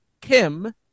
Kim